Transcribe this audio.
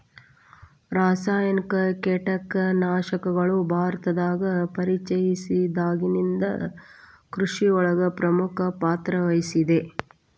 ರಾಸಾಯನಿಕ ಕೇಟನಾಶಕಗಳು ಭಾರತದಾಗ ಪರಿಚಯಸಿದಾಗನಿಂದ್ ಕೃಷಿಯೊಳಗ್ ಪ್ರಮುಖ ಪಾತ್ರವಹಿಸಿದೆ